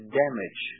damage